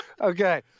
okay